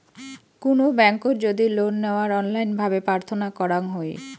কুনো ব্যাংকোত যদি লোন নেওয়ার অনলাইন ভাবে প্রার্থনা করাঙ হই